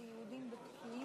החזרת נכסים לנפקד שהפך לאזרח),